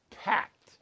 packed